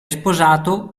sposato